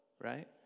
right